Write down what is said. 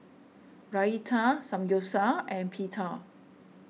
Raita Samgyeopsal and Pita